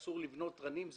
לפיה אסור לבנות תרנים,